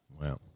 Wow